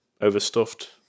overstuffed